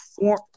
form